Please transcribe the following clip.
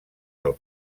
del